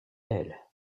aile